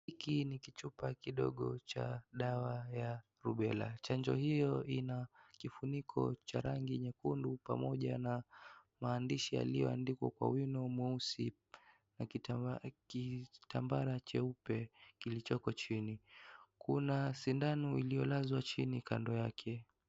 Hiki ni kichupa kidogo cha dawa ya Rubella. Chanjo hiyo ina kifuniko cha rangi nyekundu pamoja na maandishi yaliyoandikwa kwa wino mweusi, na kitambaa, kitambala cheupe, kilichoko chini. Kuna sindano iliyolazwa chini kando yake.